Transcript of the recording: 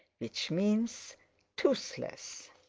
which means toothless.